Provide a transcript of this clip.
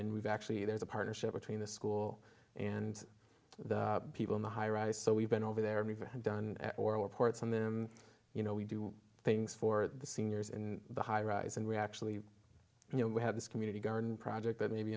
and we've actually there's a partnership between the school and the people in the high rise so we've been over there we've done our ports on them you know we do things for the seniors in the high rise and we actually you know we have this community garden project that may be